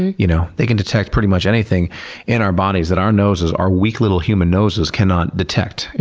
you know they can detect pretty much anything in our bodies that our noses, our weak little human noses cannot detect.